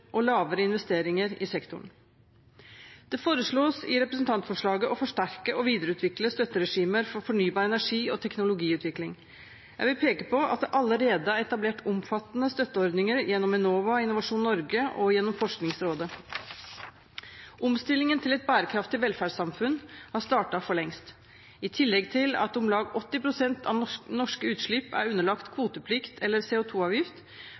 lavere investeringer i sektoren. Det foreslås i representantforslaget å forsterke og videreutvikle støtteregimer for fornybar energi og teknologiutvikling. Jeg vil peke på at det allerede er etablert omfattende støtteordninger gjennom Enova, Innovasjon Norge og gjennom Forskningsrådet. Omstillingen til et bærekraftig velferdssamfunn har startet for lengst. I tillegg til at om lag 80 pst. av norske utslipp er underlagt kvoteplikt eller